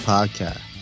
Podcast